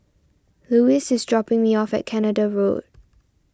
Lewis is dropping me off at Canada Road